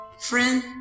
Friend